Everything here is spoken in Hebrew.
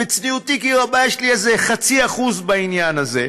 בצניעותי כי רבה, יש לי איזה חצי אחוז בעניין הזה.